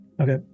Okay